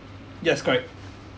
yes correct